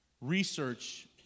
research